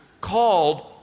called